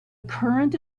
current